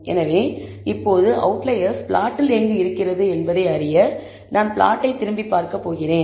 எனவே இப்போது அவுட்லயர்ஸ் பிளாட்டில் எங்கு இருக்கிறது என்பதை அறிய நான் பிளாட்டை திரும்ப பார்க்கப் போகிறேன்